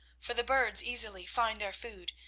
for the birds easily find their food,